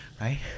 right